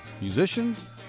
musicians